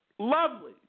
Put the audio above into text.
Lovely